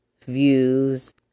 Views